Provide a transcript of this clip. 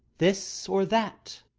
this or that.